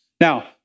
Now